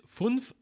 fünf